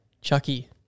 Chucky